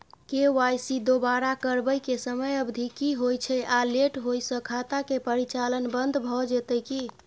KYC दोबारा करबै के समयावधि की होय छै आ लेट होय स खाता के परिचालन बन्द भ जेतै की?